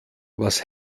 was